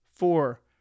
four